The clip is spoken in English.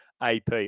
AP